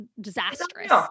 disastrous